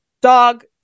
dog